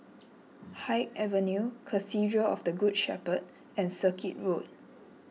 Haig Avenue Cathedral of the Good Shepherd and Circuit Road